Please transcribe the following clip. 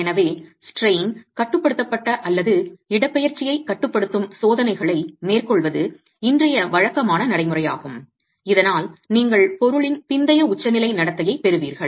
எனவே ஸ்டிரெய்ன் கட்டுப்படுத்தப்பட்ட அல்லது இடப்பெயர்ச்சியைக் கட்டுப்படுத்தும் சோதனைகளை மேற்கொள்வது இன்றைய வழக்கமான நடைமுறையாகும் இதனால் நீங்கள் பொருளின் பிந்தைய உச்சநிலை நடத்தையைப் பெறுவீர்கள்